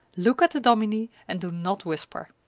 look at the dominie, and do not whisper.